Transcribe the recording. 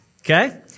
okay